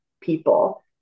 people